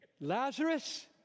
Lazarus